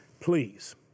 Please